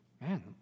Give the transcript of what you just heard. man